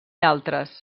altres